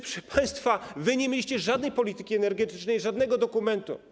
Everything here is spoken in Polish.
Proszę państwa, wy nie mieliście żadnej polityki energetycznej, żadnego dokumentu.